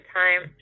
time